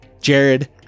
Jared